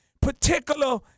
particular